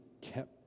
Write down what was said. kept